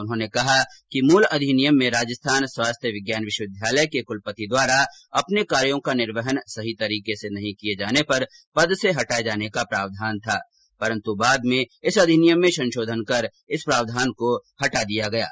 उन्होंने कहा कि मूल अधिनियम में राजस्थान स्वास्थ्य विज्ञान विश्वविद्यालय के कुलपति द्वारा अपने कार्यो का निर्वहन सही तरीके से नहीं किए जाने पर पद से हटाए जाने का प्रावधान था परन्त बाद में इस अधिनियम में संशोधन कर इस प्रावधान को हटा दिया गया था